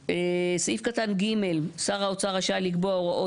סעיף קטן (ג) שר האוצר רשאי לקבוע הוראות